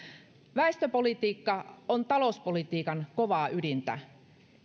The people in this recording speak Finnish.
väestöpolitiikka on talouspolitiikan kovaa ydintä